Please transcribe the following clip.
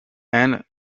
and